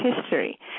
history